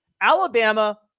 Alabama